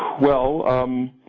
well um.